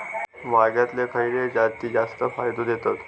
वांग्यातले खयले जाती जास्त फायदो देतत?